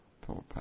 poor